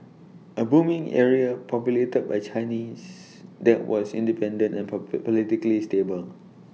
A booming area populated by Chinese that was independent and proper politically stable